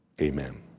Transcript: Amen